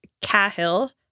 Cahill